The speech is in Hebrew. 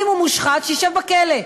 אם הוא מושחת, שישב בכלא.